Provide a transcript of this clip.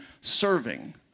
serving